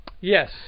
Yes